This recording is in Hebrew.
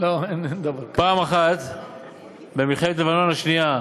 פעם אחת במלחמת לבנון השנייה,